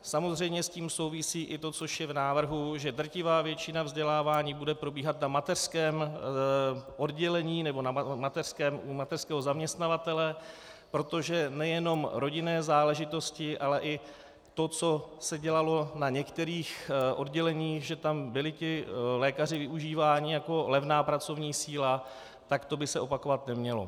Samozřejmě s tím souvisí i to, co už je v návrhu, že drtivá většina vzdělávání bude probíhat na mateřském oddělení nebo u mateřského zaměstnavatele, protože nejenom rodinné záležitosti, ale i to, co se dělalo na některých odděleních, že tam byli ti lékaři využíváni jako levná pracovní síla, tak to by se opakovat nemělo.